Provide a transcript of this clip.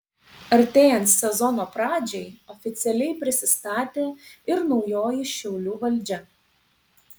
artėjant sezono pradžiai oficialiai prisistatė ir naujoji šiaulių valdžia